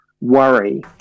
worry